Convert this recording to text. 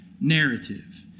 narrative